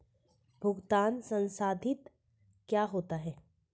भुगतान संसाधित क्या होता है?